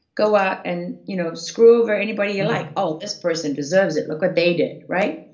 go out and you know screw over anybody you like. oh, this person deserves it, look what they did, right?